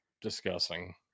discussing